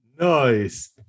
Nice